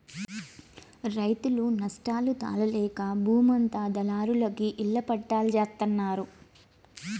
రైతులు నష్టాలు తాళలేక బూమంతా దళారులకి ఇళ్ళ పట్టాల్జేత్తన్నారు